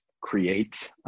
create